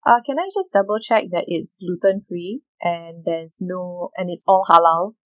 uh can I just double check that it's gluten free and there's no and it's all halal